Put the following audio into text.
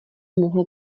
mohlo